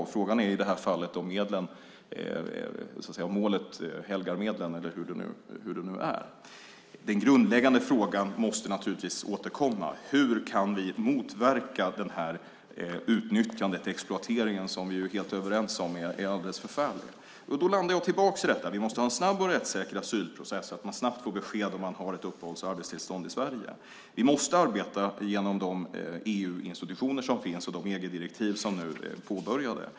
Frågan är i det här fallet om ändamålet helgar medlen. Den grundläggande frågan måste naturligtvis återkomma. Hur kan vi motverka utnyttjandet och exploateringen, som vi är helt överens om är alldeles förfärlig? Jag landar åter i detta: Vi måste ha en snabb och rättssäker asylprocess, så att man snabbt får besked om huruvida man får uppehålls och arbetstillstånd i Sverige. Vi måste arbeta genom de EU-institutioner som finns och de EG-direktiv som nu är påbörjade.